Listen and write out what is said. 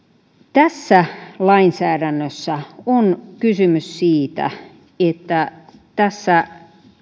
tässä lainsäädännössä on kysymys siitä että tässä